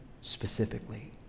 specifically